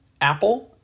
Apple